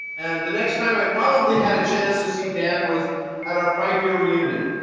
and the next time i probably had a chance to see dan was at our five-year reunion,